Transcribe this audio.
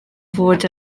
fod